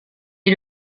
est